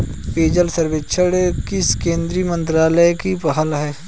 पेयजल सर्वेक्षण किस केंद्रीय मंत्रालय की पहल है?